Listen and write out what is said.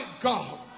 god